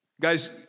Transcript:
Guys